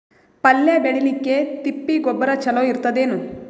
ಪಲ್ಯ ಬೇಳಿಲಿಕ್ಕೆ ತಿಪ್ಪಿ ಗೊಬ್ಬರ ಚಲೋ ಇರತದೇನು?